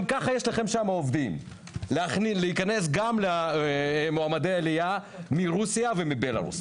ככה יש לכם שם עובדים להיכנס גם למועמדי עלייה מרוסיה ובלרוס?